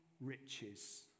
riches